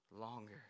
longer